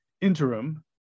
interim